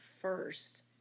first